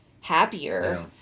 happier